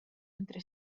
entre